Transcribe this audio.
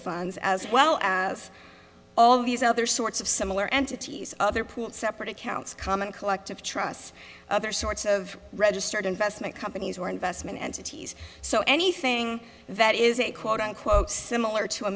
funds as well as all these other sorts of similar entities other point separate accounts common collective trusts other sorts of registered investment companies or investment entities so anything that is a quote unquote similar to a